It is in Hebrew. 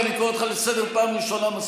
אני קורא אותך לסדר פעם שנייה.